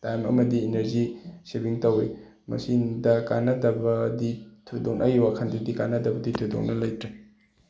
time ꯑꯃꯗꯤ energy ꯁꯦꯕꯤꯡ ꯇꯧꯋꯤ ꯃꯁꯤꯗ ꯀꯥꯟꯅꯗꯕꯗꯤ ꯊꯣꯏꯗꯣꯛꯅ ꯑꯩꯒꯤ ꯋꯥꯈꯜꯗꯗꯤ ꯀꯥꯟꯅꯗꯕꯗꯤ ꯊꯣꯏꯗꯣꯛꯅ ꯂꯩꯇꯔꯦ